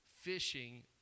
fishing